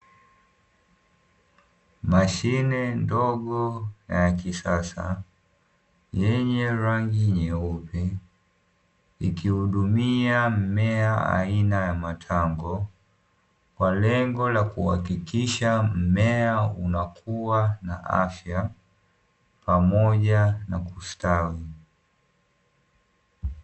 Mashine ndogo na ya kisasa yenye rangi nyeupe ikihudumia mmea aina ya matango, kwa lengo la kuhakikisha mmea unakua na afya pamoja na kustawi.